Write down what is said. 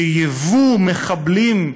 שייבוא מחבלים,